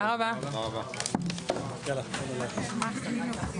הישיבה ננעלה